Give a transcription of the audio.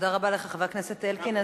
תודה רבה לך, חבר הכנסת אלקין.